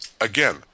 again